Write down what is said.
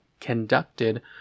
conducted